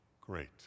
great